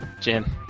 Jim